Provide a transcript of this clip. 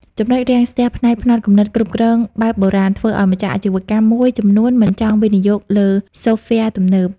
ចំណុចរាំងស្ទះផ្នែក "ផ្នត់គំនិតគ្រប់គ្រងបែបបុរាណ" ធ្វើឱ្យម្ចាស់អាជីវកម្មមួយចំនួនមិនចង់វិនិយោគលើសូហ្វវែរទំនើប។